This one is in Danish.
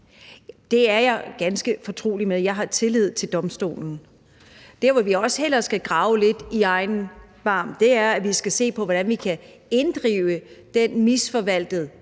Det er jeg ganske fortrolig med. Jeg har tillid til Domstolen. Der, hvor vi hellere skal gribe lidt i egen barm, er, at vi skal se på, hvordan vi kan inddrive den misforvaltede